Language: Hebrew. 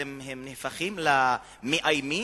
הם נהפכים למאיימים,